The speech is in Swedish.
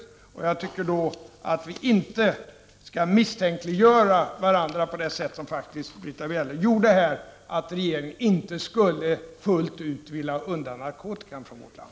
Jag tycker inte att vi då skall misstänkliggöra varandra på det sätt som Britta Bjelle faktiskt gjorde här. Vi fick ju höra att regeringen inte fullt ut skulle vilja ha bort narkotikan från vårt land.